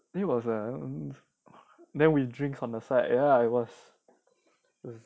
then it was then with drinks on the side then I was